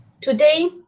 Today